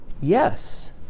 Yes